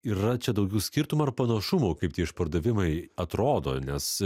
yra čia daugiau skirtumų ar panašumų kaip tie išpardavimai atrodo nes